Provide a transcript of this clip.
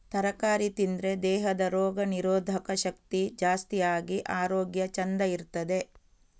ತರಕಾರಿ ತಿಂದ್ರೆ ದೇಹದ ರೋಗ ನಿರೋಧಕ ಶಕ್ತಿ ಜಾಸ್ತಿ ಆಗಿ ಆರೋಗ್ಯ ಚಂದ ಇರ್ತದೆ